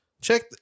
check